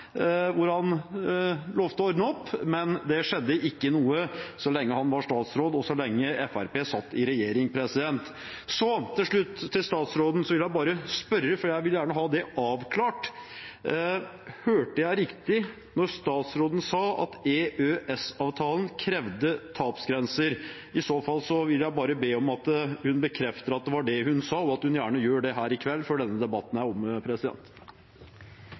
å ordne opp, men det skjedde ikke noe så lenge han var statsråd, og så lenge Fremskrittspartiet satt i regjering. Til slutt vil jeg bare spørre statsråden – for jeg vil gjerne ha det avklart: Hørte jeg riktig da statsråden sa at EØS-avtalen krevde tapsgrenser? I så fall vil jeg bare be om at hun bekrefter at det var det hun sa, og at hun gjerne gjør det her i kveld, før denne debatten